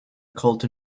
cult